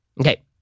Okay